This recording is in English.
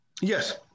Yes